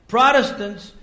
Protestants